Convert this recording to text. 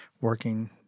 working